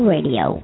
Radio